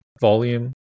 volume